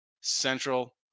Central